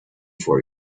for